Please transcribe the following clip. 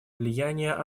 влияния